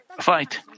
fight